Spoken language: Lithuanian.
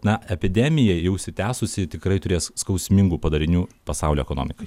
na epidemija jau užsitęsusi tikrai turės skausmingų padarinių pasaulio ekonomikai